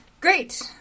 Great